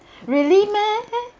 really meh